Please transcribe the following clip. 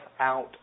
out